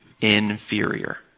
Inferior